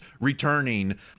returning